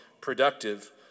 productive